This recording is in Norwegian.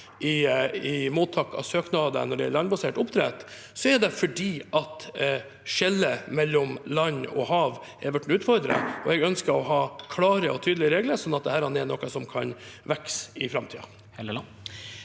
i mottak av søknader når det gjelder landbasert oppdrett, er det fordi skillet mellom land og hav har blitt utfordret. Jeg ønsker å ha klare og tydelige regler, sånn at dette er noe som kan vokse i framtiden.